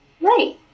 Right